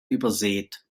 übersät